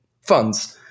funds